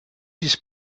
his